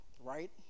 right